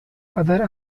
other